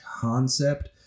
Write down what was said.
concept